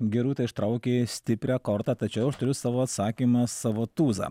gerūta ištraukei stiprią kortą tačiau aš turiu savo atsakymą savo tūzą